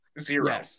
zero